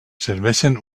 serveixen